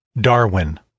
Darwin